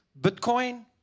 Bitcoin